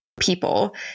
people